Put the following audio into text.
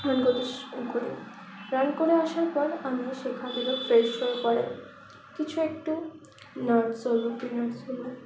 run করে আসার পর আমি সেখান থেকে ফ্রেস হয়ে পরে কিছু একটু নাটস হল পিনাটস হল